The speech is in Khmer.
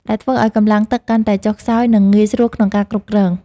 ដែលធ្វើឱ្យកម្លាំងទឹកកាន់តែចុះខ្សោយ និងងាយស្រួលក្នុងការគ្រប់គ្រង។